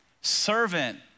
servant